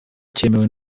cyemewe